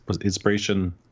inspiration